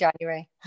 January